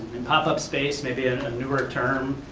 and pop-up space may be a newer term,